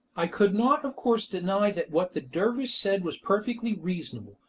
i could not of course deny that what the dervish said was perfectly reasonable,